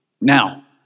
Now